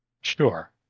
Sure